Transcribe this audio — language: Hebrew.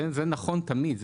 זה נכון תמיד,